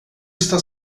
está